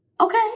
okay